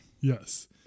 Yes